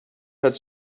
had